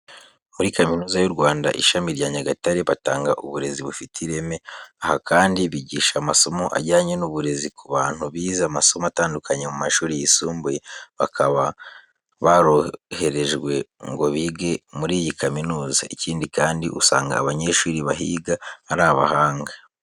Muri Kaminuza y'u Rwanda, ishami rya Nyagatare batanga uburezi bufite ireme. Aha kandi bigisha amasomo ajyanye n'uburezi ku bantu bize amasomo atandukanye mu mashuri yisumbuye, bakaba baroherejwe ngo bige muri iyi kaminuza. Ikindi kandi, usanga abanyeshuri bahiga ari abahanga.